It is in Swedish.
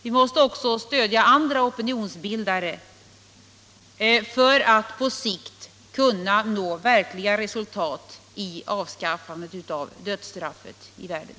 Vi måste också stödja andra opinionsbildare för att på sikt kunna nå verkliga resultat i strävandena att avskaffa dödsstraffet i världen.